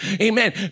Amen